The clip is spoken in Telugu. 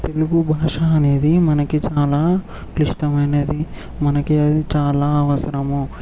తెలుగు భాష అనేది మనకి చాలా క్లిష్టమైనది మనకి అది చాలా అవసరము